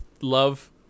love